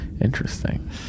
Interesting